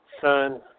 son